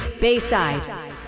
Bayside